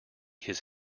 his